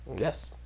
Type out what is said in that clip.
Yes